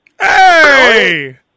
Hey